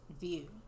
view